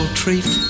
treat